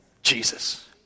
Jesus